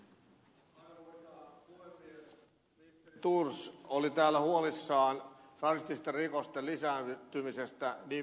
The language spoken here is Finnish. ministeri thors oli täällä huolissaan rasististen rikosten lisääntymisestä niin minäkin olen